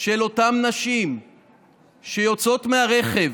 של אותן נשים שיוצאות מהרכב